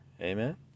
amen